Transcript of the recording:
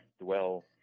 dwell